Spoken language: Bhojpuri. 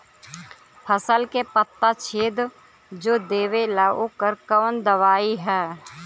फसल के पत्ता छेद जो देवेला ओकर कवन दवाई ह?